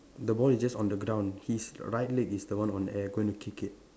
the ball is just on the ground his right leg is the one on the air going to kick it